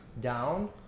down